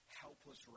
helpless